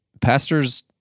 pastors